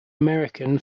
american